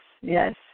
yes